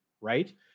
Right